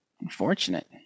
Unfortunate